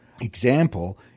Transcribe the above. example